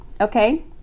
okay